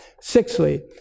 Sixthly